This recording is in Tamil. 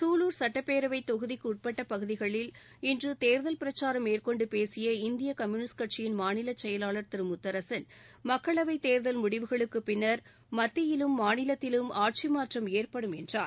சூலூர் சட்டப்பேரவை தொகுதிக்கு உட்பட்ட பகுதிகளில் இன்று தேர்தல் பிரச்சாரம் மேற்கொண்டு பேசிய இந்திய கம்பூனிஸ்ட் கட்சியின் மாநிலச்செயலர் திரு முத்தரசன் மக்களவைத் தேர்தல் முடிவுகளுக்கு பின்னர் மத்தியிலும் மாநிலத்திலும் ஆட்சி மாற்றம் ஏற்படும் என்றார்